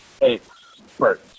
expert